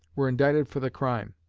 were indicted for the crime.